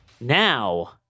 Now